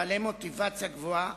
בעלי מוטיבציה גבוהה,